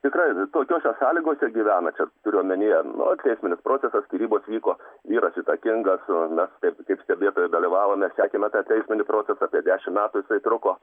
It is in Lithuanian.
tikrai tokiose sąlygose gyvena čia turiu omenyje nu vat teisminis procesas skyrybos vyko vyras įtakingas mes taip kaip stebėtojai dalyvavom mes sekėme tą teisminį procesą apie dešim metų jisai truko